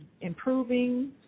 improving